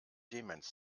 demenz